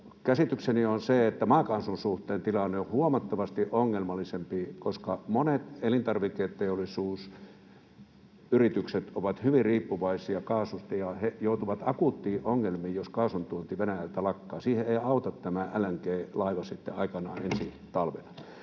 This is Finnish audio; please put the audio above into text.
käsitykseni on se, että maakaasun suhteen tilanne on huomattavasti ongelmallisempi, koska monet elintarviketeollisuusyritykset ovat hyvin riippuvaisia kaasusta ja he joutuvat akuutteihin ongelmiin, jos kaasuntuonti Venäjältä lakkaa. Siihen ei auta tämä LNG-laiva sitten aikanaan ensi talvena.